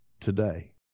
today